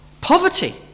poverty